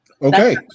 Okay